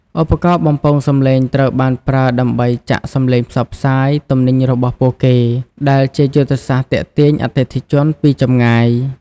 ឧបករណ៍បំពងសំឡេងត្រូវបានប្រើដើម្បីចាក់សំឡេងផ្សព្វផ្សាយទំនិញរបស់ពួកគេ ដែលជាយុទ្ធសាស្ត្រទាក់ទាញអតិថិជនពីចម្ងាយ។